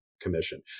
Commission